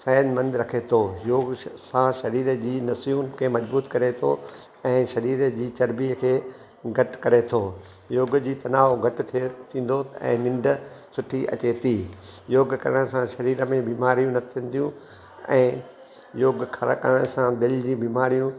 सिहतमंद रखे थो योग सां शरीर जी नसुनि खे मज़बूत करे थो ऐं शरीर जी चर्ॿीअ खे घटि करे थो योग जी तनाव घटि थिए थींदो ऐं निंड सुठी अचे थी योगु करण सां शरीर में बीमारियूं न थींदियूं ऐं योग खां करण सां दिलि जी बीमारियूं